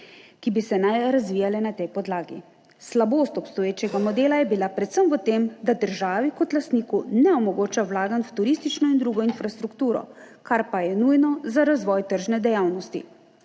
naj bi se razvijale na tej podlagi. Slabost obstoječega modela je bila predvsem v tem, da državi kot lastniku ne omogoča vlaganj v turistično in drugo infrastrukturo, kar pa je nujno za razvoj tržne dejavnosti.